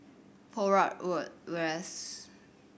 Poh Huat Road West